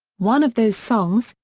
one of those songs,